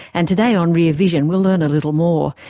and today on rear vision we'll learn a little more,